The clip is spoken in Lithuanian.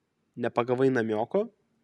nepagavai namioko